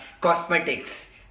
cosmetics